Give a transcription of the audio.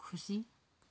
खुसी